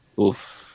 Oof